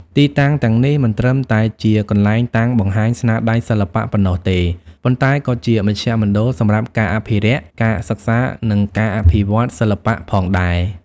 ទីតាំងទាំងនេះមិនត្រឹមតែជាកន្លែងតាំងបង្ហាញស្នាដៃសិល្បៈប៉ុណ្ណោះទេ ប៉ុន្តែក៏ជាមជ្ឈមណ្ឌលសម្រាប់ការអភិរក្ស ការសិក្សា និងការអភិវឌ្ឍន៍សិល្បៈផងដែរ។